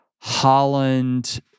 Holland